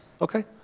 Okay